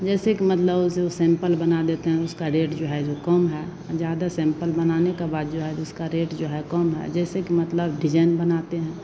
जैसेकि मतलब उस उसे सैंपल बना देते हैं उसका रेट जो है जो कम है और ज़्यादा सैंपल बनाने के बाद जो है उसका रेट जो है कम है जैसेकि मतलब डिजाइन बनाते हैं